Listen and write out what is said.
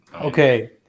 Okay